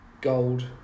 Gold